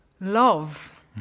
love